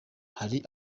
hari